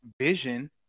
Vision